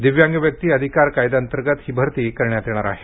दिव्यांग व्यक्ती अधिकार कायद्याअंतर्गत ही भरती करण्यात येणार आहे